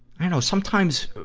i dunno, sometimes,